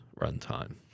runtime